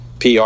PR